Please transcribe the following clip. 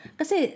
kasi